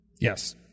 Yes